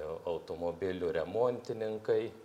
automobilių remontininkai